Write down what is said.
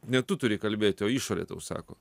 ne tu turi kalbėti o išorė tau sako